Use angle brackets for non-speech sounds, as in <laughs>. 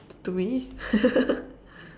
to me <laughs>